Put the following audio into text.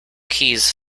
keys